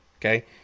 okay